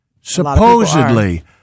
Supposedly